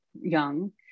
young